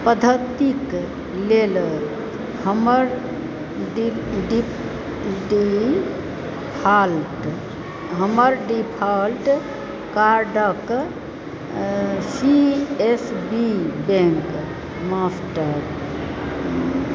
पद्धतिक लेल हमर डिफाल्ट हमर डिफाल्ट कार्डक C S B bank master